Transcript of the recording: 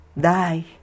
die